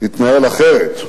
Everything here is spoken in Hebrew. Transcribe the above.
מתנהל אחרת.